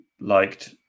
liked